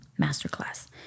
Masterclass